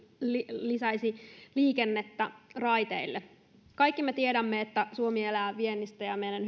lisäisi myös liikennettä raiteille kaikki me tiedämme että suomi elää viennistä ja että meidän